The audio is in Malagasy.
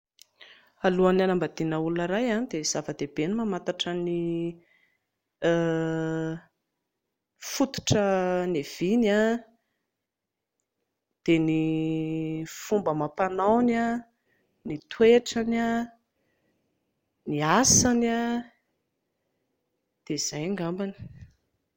Alohan'ny hanambadiana ny olona iray dia zava-dehibe ny mamantatra ny fototra nihaviany, dia ny fomba amam-panaony, ny toetrany, ny asany, dia izay angambany